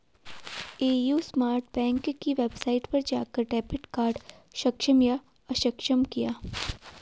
AU small bank की website पर जाकर डेबिट कार्ड सक्षम या अक्षम किया